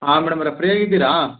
ಹಾಂ ಮೇಡಮ್ ಅವರೆ ಫ್ರೀಯಾಗಿ ಇದ್ದೀರಾ